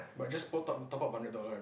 but just top you top up hundred dollar right